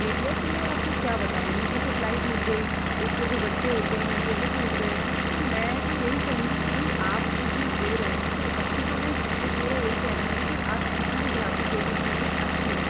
दे दिया कि मैं आपको क्या बताऊँ नीचे से प्लाई टूट गई उसके जो गट्टे होते हैं नीचे वो टूट गए तो मैं तो यही कहूँगी कि भई आप जो चीज़ दे रहे हैं तो अच्छी तो दें बस मेरा यही कहना है कि आप किसी भी ग्राहक को कोई भी चीज दें अच्छी दें